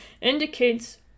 Indicates